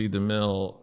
DeMille